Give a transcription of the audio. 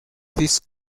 this